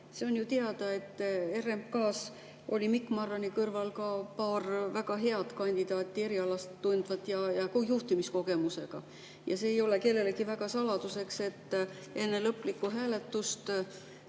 See on ju teada, et RMK-sse oli Mikk Marrani kõrval ka paar väga head eriala tundvat ja juhtimiskogemusega kandidaati. Ja see ei ole kellelegi saladuseks, et enne lõplikku hääletust